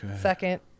second